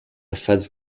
phase